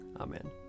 Amen